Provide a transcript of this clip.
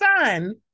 son